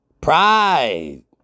Pride